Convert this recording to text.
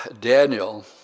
Daniel